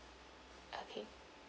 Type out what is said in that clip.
okay